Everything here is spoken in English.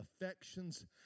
affections